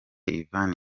yvan